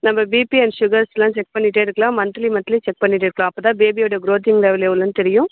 நம்ம BP and சுகர்ஸ்லாம் check பண்ணிகிட்டே இருக்கலாம் மந்த்லி மந்த்லி செக் பண்ணிகிட்டு இருக்கலாம் அப்போதான் பேபியோடய க்ரோத்திங் லெவல் எவ்வளோன்னு தெரியும்